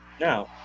Now